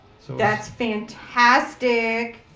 that's fantastic.